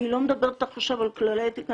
אני לא מדברת איתך עכשיו על כללי אתיקה,